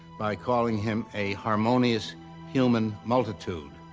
by calling him a harmonious human multitude.